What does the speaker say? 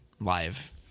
live